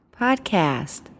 Podcast